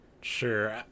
Sure